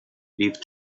leave